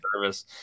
service